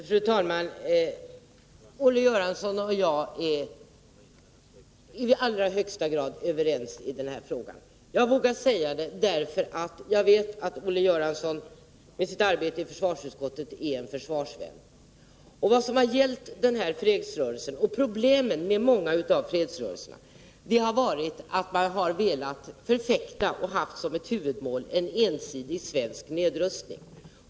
Fru talman! Olle Göransson och jag är i allra högsta grad överens i den här frågan. Jag vågar säga det därför att jag vet att Olle Göransson — med sitt arbete i försvarsutskottet — är en försvarsvän. Problemet med fredsrörelsen — med många av fredsrörelserna — har varit att man har velat förfäkta, och ha som ett huvudmål, en ensidig svensk nedrustning.